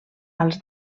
als